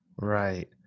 Right